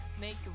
Make